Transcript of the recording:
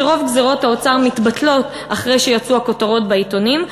שרוב גזירות האוצר מתבטלות אחרי שיצאו הכותרות בעיתונים,